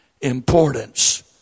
importance